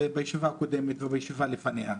בישיבה הקודמת ובישיבה לפניה: